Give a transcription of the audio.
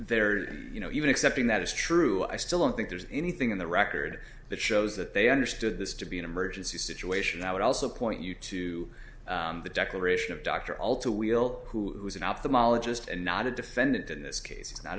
there and you know even accepting that is true i still don't think there's anything in the record that shows that they understood this to be an emergency situation i would also point you to the declaration of dr all too we'll who is an ophthalmologist and not a defendant in this case